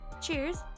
Cheers